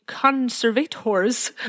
conservators